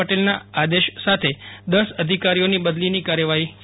પટેલના આદેશ સાથે દસ અધિકારીઓની બદલીની કાર્યવાહી કરાઈ છે